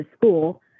school